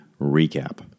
Recap